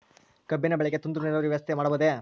ಕಬ್ಬಿನ ಬೆಳೆಗೆ ತುಂತುರು ನೇರಾವರಿ ವ್ಯವಸ್ಥೆ ಮಾಡಬಹುದೇ?